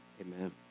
Amen